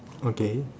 okay